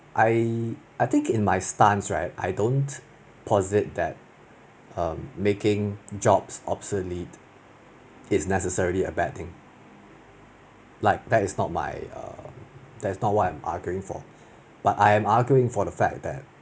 I I think in my stands right I don't posit that um making jobs obsolete is necessary a bad thing like that is not my um that is not what I am arguing for but I am arguing for the fact that